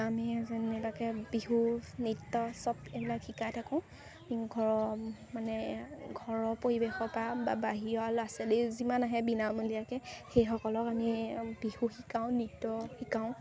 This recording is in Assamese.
আমি যেনেকৈ বিহু নৃত্য সব এইবিলাক শিকাই থাকোঁ ঘৰৰ মানে ঘৰৰ পৰিৱেশৰ পৰা বা বাহিৰৰ ল'ৰা ছোৱালী যিমান আহে বিনামূলীয়াকৈ সেইসকলক আমি বিহু শিকাওঁ নৃত্য শিকাওঁ